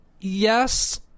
Yes